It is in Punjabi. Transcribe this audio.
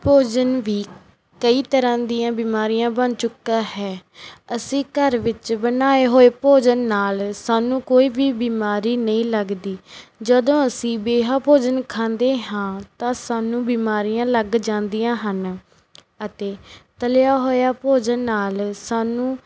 ਭੋਜਨ ਵੀ ਕਈ ਤਰ੍ਹਾਂ ਦੀਆਂ ਬਿਮਾਰੀਆਂ ਬਣ ਚੁੱਕਾ ਹੈ ਅਸੀਂ ਘਰ ਵਿੱਚ ਬਣਾਏ ਹੋਏ ਭੋਜਨ ਨਾਲ ਸਾਨੂੰ ਕੋਈ ਵੀ ਬਿਮਾਰੀ ਨਹੀਂ ਲੱਗਦੀ ਜਦੋਂ ਅਸੀਂ ਬੇਹਾ ਭੋਜਨ ਖਾਂਦੇ ਹਾਂ ਤਾਂ ਸਾਨੂੰ ਬਿਮਾਰੀਆਂ ਲੱਗ ਜਾਂਦੀਆਂ ਹਨ ਅਤੇ ਤਲਿਆ ਹੋਇਆ ਭੋਜਨ ਨਾਲ ਸਾਨੂੰ